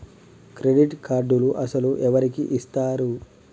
Credit కార్డులు అసలు ఎవరికి ఇస్తారు?